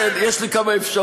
יש לי עוד כמה אפשרויות.